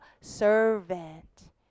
servant